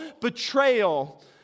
betrayal